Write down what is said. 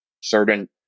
Certain